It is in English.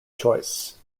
choice